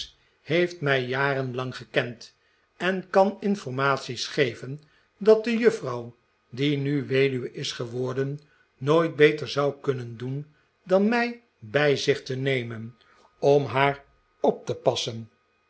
heeft mij jarenlang gekend en kan informaties geven dat de juffrouw die nu weduwe is geworden nooit beter zou kunnen doen dan mij bij zich te nemen om haar op te passen